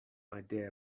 idea